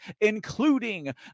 including